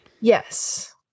Yes